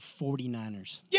49ers